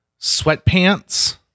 sweatpants